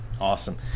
Awesome